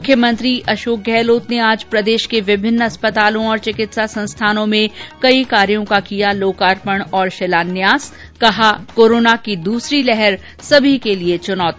मुख्यमंत्री अशोक गहलोत ने आज प्रदेश के विभिन्न अस्पतालों और चिकित्सा संस्थानों में कई कार्यों का कियाँ लोकार्पण और शिलान्यास कहा कोरोना की दूसरी लहर सभी के लिये चुनौती